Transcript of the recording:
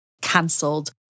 Cancelled